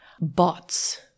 bots